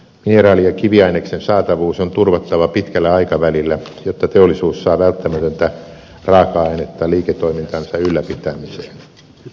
mineraali ja kiviaineksen saatavuus on turvattava pitkällä aikavälillä jotta teollisuus saa välttämätöntä raaka ainetta liiketoimintansa ylläpitämiseen